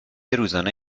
روزانه